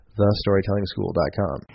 thestorytellingschool.com